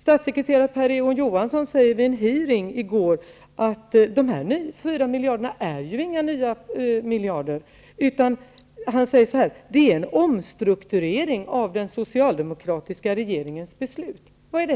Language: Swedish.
Statssekreterare Per Egon Johansson sade vid en hearing i går att de 4 miljarderna inte är några nya miljarder. Han sade: Det är en omstrukturering av den socialdemokratiska regeringens beslut. Men